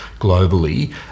globally